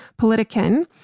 Politiken